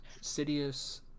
Sidious